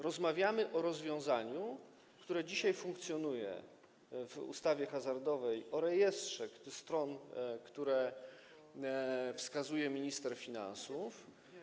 Rozmawiamy o rozwiązaniu, które dzisiaj funkcjonuje w ustawie hazardowej, o rejestrze stron, które wskazuje minister finansów.